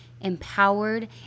empowered